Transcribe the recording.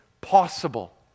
possible